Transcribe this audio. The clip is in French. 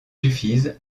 suffisent